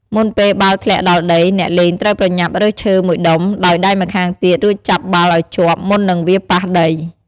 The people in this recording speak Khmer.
មុនពេលបាល់ធ្លាក់ដល់ដី អ្នកលេងត្រូវប្រញាប់រើសឈើ ១ ដុំ ដោយដៃម្ខាងទៀត រួចចាប់បាល់ឲ្យជាប់មុននឹងវាប៉ះដី។